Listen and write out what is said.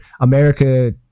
America